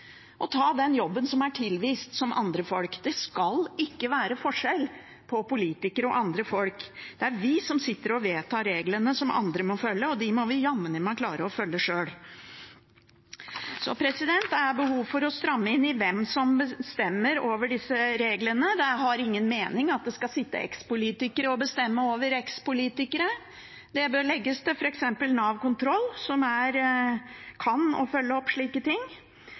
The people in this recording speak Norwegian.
og ta den jobben som er tilvist, som andre folk. Det skal ikke være forskjell på politikere og andre folk. Det er vi som sitter og vedtar reglene som andre må følge, og dem må vi jammen klare å følge sjøl. Så det er behov for å stramme inn i hvem som bestemmer over disse reglene. Det har ingen mening at det skal sitte ekspolitikere og bestemme over ekspolitikere. Det bør legges til f.eks. Nav kontroll, som er de som kan følge opp slike ting.